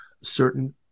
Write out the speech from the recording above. certain